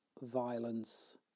Violence